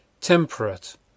temperate